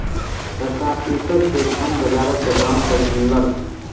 सरकार कृषक के धान बजारक दाम पर किनलक